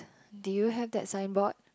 do you have that signboard